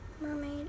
mermaid